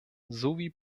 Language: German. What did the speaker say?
sowie